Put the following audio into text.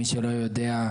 מי שלא יודע,